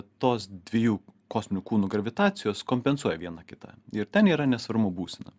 tos dviejų kosminių kūnų gravitacijos kompensuoja viena kitą ir ten yra nesvarumo būsena